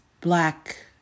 black